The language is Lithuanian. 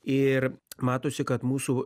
ir matosi kad mūsų